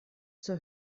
zur